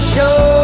show